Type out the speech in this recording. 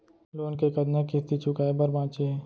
Loan के कतना किस्ती चुकाए बर बांचे हे?